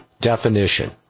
definition